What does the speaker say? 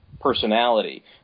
Personality